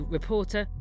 Reporter